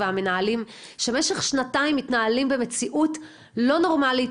והמנהלים שבמשך שנתיים מתנהלים במציאות לא נורמאלית,